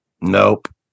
Nope